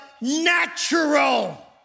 natural